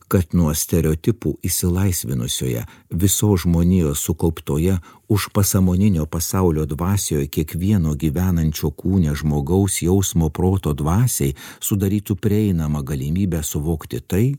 kad nuo stereotipų išsilaisvinusioje visos žmonijos sukauptoje už pasąmoninio pasaulio dvasioje kiekvieno gyvenančio kūne žmogaus jausmo proto dvasiai sudarytų prieinamą galimybę suvokti tai